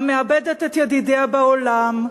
המאבדת את ידידיה בעולם,